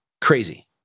crazy